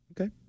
Okay